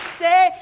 say